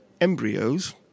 embryos